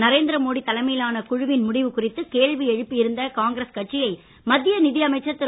நரேந்திரமோடி தலைமையிலான குழுவின் முடிவு குறித்து கேள்வி எழுப்பியிருந்த காங்கிரஸ் கட்சியை மத்திய நிதி அமைச்சர் திரு